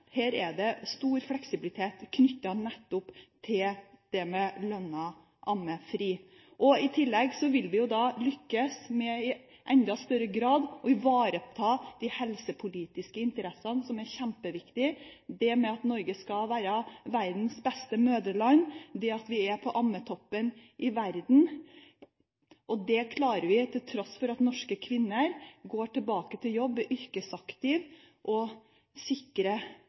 Her er det stor fleksibilitet knyttet nettopp til det med lønnet ammefri. I tillegg vil vi jo da lykkes med i enda større grad å ivareta de helsepolitiske interessene, som er kjempeviktig – at Norge skal være verdens beste mødreland, at vi er på ammetoppen i verden. Det klarer vi til tross for at norske kvinner går tilbake til jobb og er yrkesaktive.